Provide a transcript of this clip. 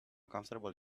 comfortable